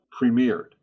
premiered